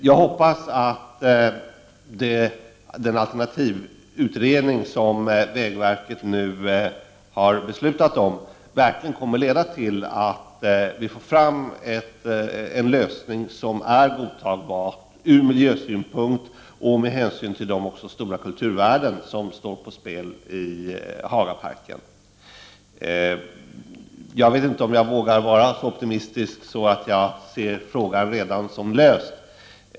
Jag hoppas att den alternativutredning som vägverket nu har beslutat om verkligen kommer att leda till att vi får en lösning som är godtagbar både ur miljösynpunkt och med hänsyn till de stora kulturvärden som står på spel i Hagaparken. Jag vet inte om det är för optimistiskt att tro att frågan redan är löst.